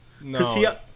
No